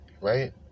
Right